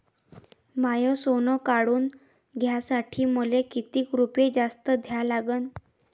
माय सोनं काढून घ्यासाठी मले कितीक रुपये जास्त द्या लागन?